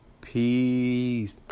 Peace